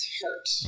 hurt